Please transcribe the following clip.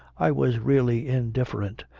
i was really indifferent,